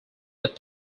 that